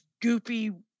goopy